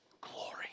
glory